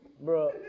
Bro